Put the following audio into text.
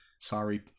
sorry